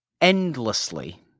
endlessly